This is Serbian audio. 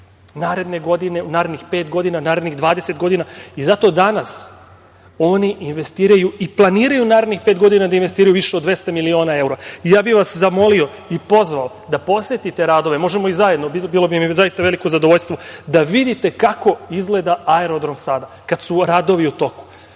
više od narednih pet godina, narednih 20 godina i zato danas oni investiraju i planiraju u narednih pet godina da investiraju više od 200 miliona evra. Zamolio bih vas i pozvao da posetite radove, možemo i zajedno, bilo bi mi zaista veliko zadovoljstvo, da vidite kako izgleda aerodrom sada kad su radovi u toku.